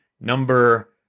number